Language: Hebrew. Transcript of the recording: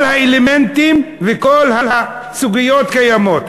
כל האלמנטים וכל הסוגיות קיימות.